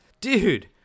Dude